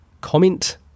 comment